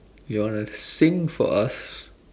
you want to sing for us